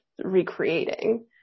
recreating